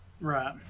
Right